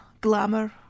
glamour